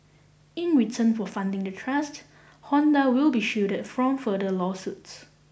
in return for funding the trust Honda will be shielded from further lawsuits